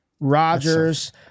Rodgers